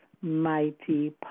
mighty